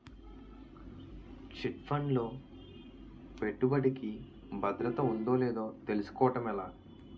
Chit fund లో పెట్టుబడికి భద్రత ఉందో లేదో తెలుసుకోవటం ఎలా?